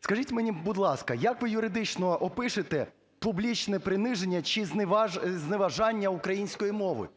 Скажіть мені, будь ласка, як ви юридично опишете публічне приниження чи зневажання української мови?